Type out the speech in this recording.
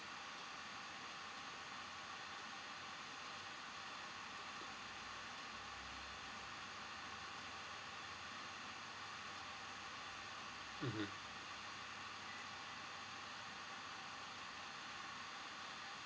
mmhmm